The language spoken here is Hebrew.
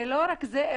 ולא רק זה,